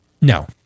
No